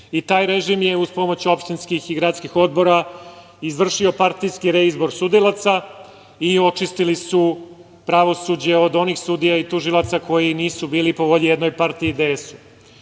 DS.Taj režim je uz pomoć opštinskih gradskih odbora izvršio partijski reizbor sudilaca i očistili su pravosuđe od onih sudija i tužilaca koji nisu bili po volji jednoj partiji DS-u.